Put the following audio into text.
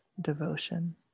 devotion